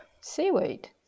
seaweed